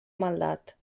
maldat